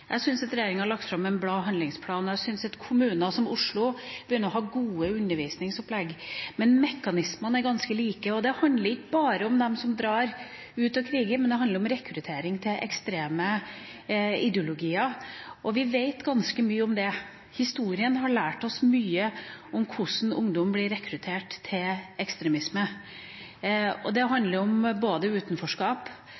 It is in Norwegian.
regjeringa har lagt fram en bra handlingsplan, og jeg syns at kommuner som Oslo har begynt å få gode undervisningsopplegg. Men mekanismene er ganske like. Det handler ikke bare om dem som drar ut for å krige, det handler om rekruttering til ekstreme ideologier. Og vi vet ganske mye om det. Historien har lært oss mye om hvordan ungdom blir rekruttert til ekstremisme. Det handler både om utenforskap, det handler om